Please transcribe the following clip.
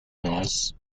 loss